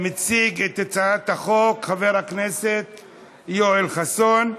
מציג את הצעת החוק יואל חסון.